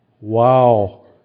Wow